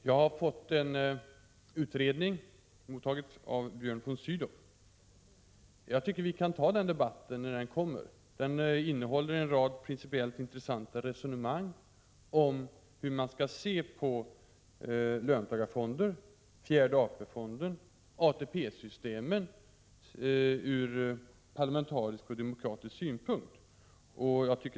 Jag har mottagit en utredning av Björn von Sydow, som innehåller en rad intressanta principiella resonemang om hur man skall se på löntagarfonder, fjärde AP-fonden och ATP-systemet ur parlamentarisk och demokratisk synpunkt.